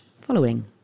following